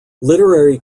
literary